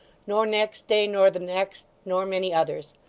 nor next day, nor the next, nor many others.